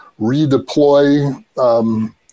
redeploy